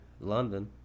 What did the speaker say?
London